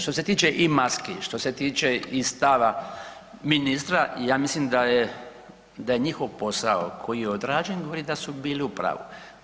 Što se tiče i maski, što se tiče i stava ministra, ja mislim da je njihov posao koji je odrađen, govori da su bili u pravu.